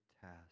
task